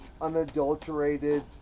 unadulterated